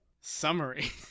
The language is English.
Summary